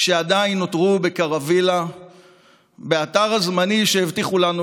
שעדיין נותרו בקרווילה באתר הזמני, שהבטיחו לנו